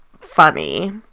funny